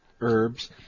Herbs